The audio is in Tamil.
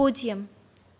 பூஜ்ஜியம்